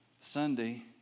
Sunday